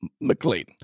McLean